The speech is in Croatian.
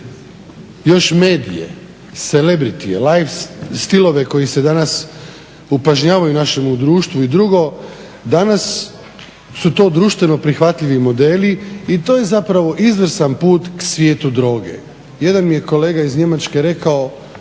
još medije, selebritije, stilove koji se danas upražnjavaju u našemu društvu i drugo, danas su to društveno prihvatljivi modeli i to je zapravo izvrstan put k svijetu droge. Jedan mi je kolega iz Njemačke rekao,